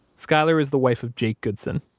skyler is the wife of jake goodson,